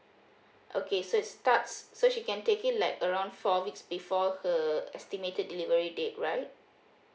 okay so it starts so she can take it like around four weeks before her estimated delivery date right